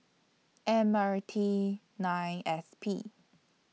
M R T nine S P